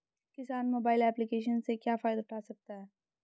किसान mobile application से क्या फायदा उठा सकता है?